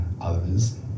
others